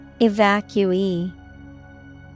Evacuee